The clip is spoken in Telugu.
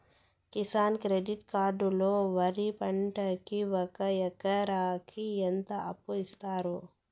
కిసాన్ క్రెడిట్ కార్డు లో వరి పంటకి ఒక ఎకరాకి ఎంత అప్పు ఇస్తారు?